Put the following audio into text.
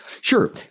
Sure